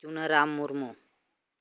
Chunaram Murmu